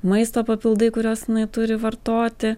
maisto papildai kuriuos jinai turi vartoti